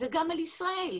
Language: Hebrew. וגם על ישראל,